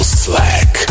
slack